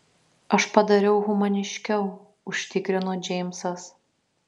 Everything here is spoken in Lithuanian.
aš padariau humaniškiau užtikrino džeimsas